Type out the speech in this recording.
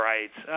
Right